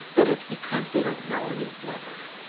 but it's because they don't know any better.